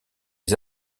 les